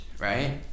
right